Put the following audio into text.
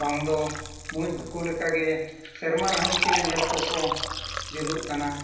ᱵᱟᱝᱫᱚ ᱢᱩᱸᱪ ᱵᱷᱩᱠᱩ ᱞᱮᱠᱟᱜᱮ ᱥᱮᱨᱢᱟ ᱨᱮᱦᱚᱸ ᱤᱯᱤᱞ ᱮᱸᱜᱮᱞ ᱠᱚᱠᱚ ᱡᱩᱞᱩᱜ ᱠᱟᱱᱟ